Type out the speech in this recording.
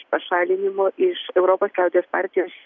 pašalinimo iš europos liaudies partijos